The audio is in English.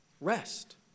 Rest